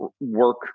work